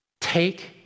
Take